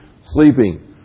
sleeping